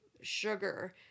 sugar